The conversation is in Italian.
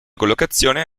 collocazione